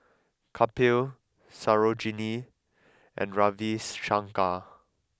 Kapil Sarojini and Ravi Shankar